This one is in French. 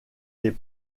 les